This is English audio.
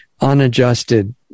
unadjusted